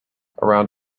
around